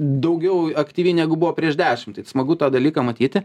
daugiau aktyvi negu buvo prieš dešim tai smagu tą dalyką matyti